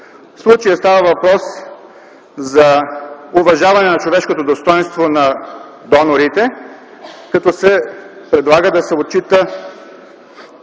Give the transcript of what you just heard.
В случая става въпрос за уважаване на човешкото достойнство на донорите като се предлага да се отчита